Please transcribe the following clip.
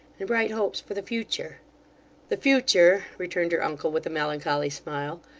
and bright hopes for the future the future returned her uncle, with a melancholy smile,